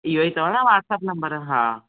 इहेई अथव न वाट्सप नम्बर हा